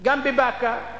גם בבקעה,